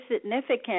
significant